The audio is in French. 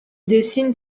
dessine